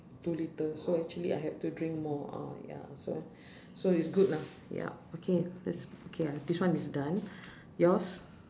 two litre so actually I have to drink more uh ya so so it's good lah yup okay let's okay this one is done yours